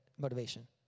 Motivation